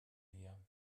her